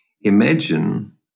Imagine